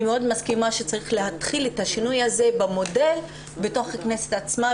אני מאוד מסכימה שצריך להתחיל את השינוי הזה במודל בתוך הכנסת עצמה,